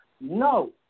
No